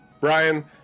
Brian